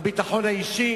מי האמין,